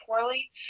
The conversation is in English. poorly